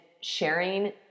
sharing